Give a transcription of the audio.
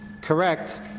correct